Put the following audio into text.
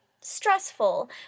stressful